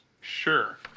Sure